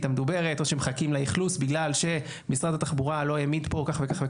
המדוברת או שמחכים לאכלוס בגלל שמשרד התחבורה לא העמיד פה כך וכך,